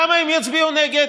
למה הם יצביעו נגד?